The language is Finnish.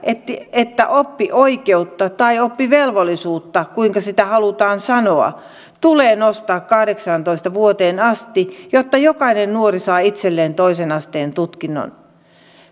että oppioikeutta tai oppivelvollisuutta kuinka sitä halutaan sanoa tulee nostaa kahdeksaantoista vuoteen asti jotta jokainen nuori saa itselleen toisen asteen tutkinnon